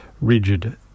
rigid